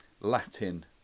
Latin